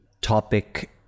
topic